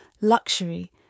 luxury